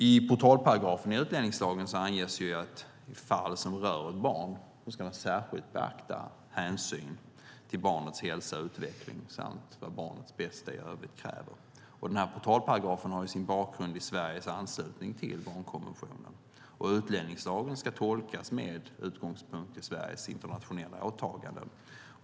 I portalparagrafen i utlänningslagen anges att man i fall som rör barn särskilt ska ta hänsyn till barnets hälsa och utveckling och vad barnets bästa i övrigt kräver. Denna portalparagraf har sin bakgrund i Sveriges anslutning till barnkonventionen. Utlänningslagen ska tolkas med utgångspunkt i Sveriges internationella åtaganden.